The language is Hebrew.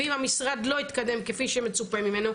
ואם המשרד לא התקדם כפי שמצופה ממנו,